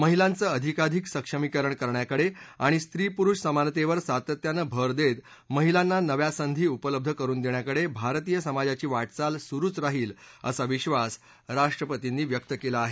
महिलांचं अधिकाधिक सक्षमीकरण करण्याकडे आणि स्त्रीपुरुष समानतेवर सातत्यानं भर देत महिलांना नव्या संधी उपलब्ध करून देण्याकडे भारतीय समाजाची वाटचाल सुरूच राहील असा विश्वास राष्ट्रपर्तींनी व्यक्त केला आहे